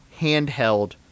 handheld